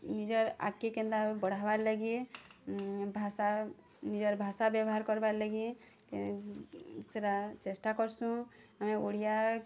ନିଜର୍ ଆଗ୍କେ କେନ୍ତା ବଢ଼ବାର୍ ଲାଗି ଭାଷା ନିଜର ଭାଷା ବ୍ୟବହାର କର୍ବାର୍ ଲାଗି ସେଟା ଚେଷ୍ଟା କର୍ସୁଁ ଆମେ ଓଡ଼ିଆ